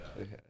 okay